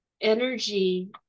energy